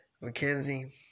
Mackenzie